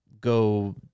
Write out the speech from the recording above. go